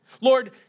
Lord